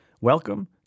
welcome